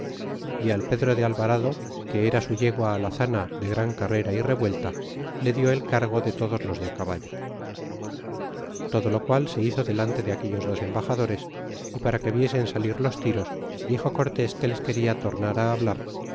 é al pedro de alvarado que era su yegua alazana de gran carrera y revuelta le dió el cargo de todos los de caballo todo lo qual se hizo delante de aquellos dos embaxadores y para que viesen salir los tiros dixo cortés que les queda tornar á hablar con